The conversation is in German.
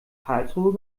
karlsruhe